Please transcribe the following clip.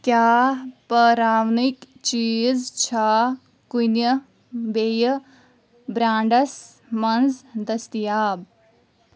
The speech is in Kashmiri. کیٛاہ پاراونٕکۍ چیٖز چھا کُنہِ بیٚیہِ برانڈس منٛز دٔستیاب؟